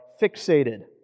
fixated